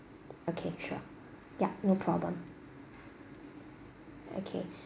okay sure ya no problem okay